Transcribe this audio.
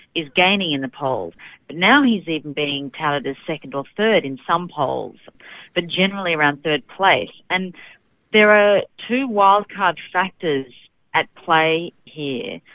is gaining in the polls, but now he's even being touted as second or third in some polls but generally around third place and there are two wild card factors at play here.